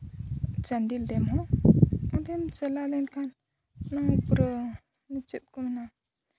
ᱪᱟᱱᱰᱤᱞ ᱰᱮᱢ ᱦᱚᱸ ᱚᱸᱰᱮᱢ ᱪᱟᱞᱟᱣ ᱞᱮᱱᱠᱷᱟᱱ ᱚᱸᱰᱮ ᱦᱚᱸ ᱯᱩᱨᱟᱹ ᱪᱮᱫ ᱠᱚ ᱢᱮᱱᱟ